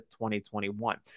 2021